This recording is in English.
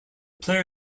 player